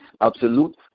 absolute